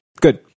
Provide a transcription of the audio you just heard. Good